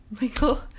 Michael